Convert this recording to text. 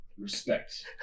respect